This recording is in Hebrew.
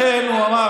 לכן הוא אמר,